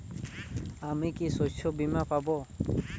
আমি কি শষ্যবীমা পাব?